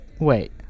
wait